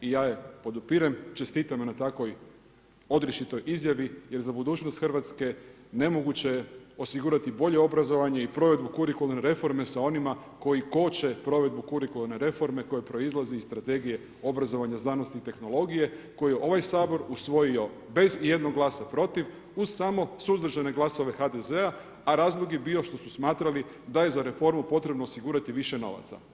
I ja je podupirem, čestitam joj na takvoj odrješitoj izjavi, jer za budućnost Hrvatske nemoguće je osigurati bolje obrazovanje i provedbu kurikularne reforme sa onima koji koče provedbu kurikularne reforme, koja proizlazi iz strategije obrazovanja, znanosti i tehnologije, koji je ovaj Sabor usvojio bez jednog glasa protiv, u samo suzdržane glasove HDZ-a, a razlog je bio što su smatrali da je za reformu potrebno osigurati više novaca.